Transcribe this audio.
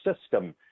system